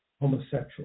homosexual